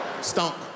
Stunk